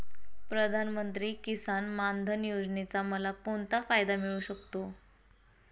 प्रधानमंत्री किसान मान धन योजनेचा मला कोणता फायदा मिळू शकतो?